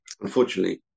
Unfortunately